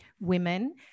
women